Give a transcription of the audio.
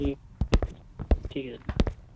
यह ठीक